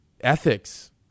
ethics